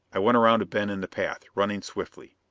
i went around a bend in the path, running swiftly.